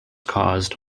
caused